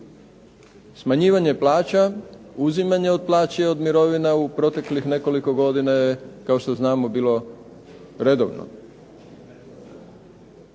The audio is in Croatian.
Smanjivanje plaća, uzimanje od plaća i od mirovina u proteklih nekoliko godina je kao što znamo bilo redovno.